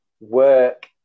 work